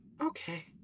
Okay